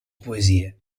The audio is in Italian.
poesie